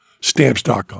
stamps.com